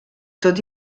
tot